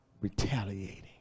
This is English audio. retaliating